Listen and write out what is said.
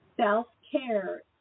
self-care